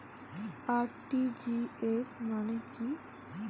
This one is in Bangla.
আর.টি.জি.এস মানে কি?